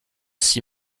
six